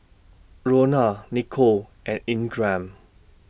Lona Nichole and Ingram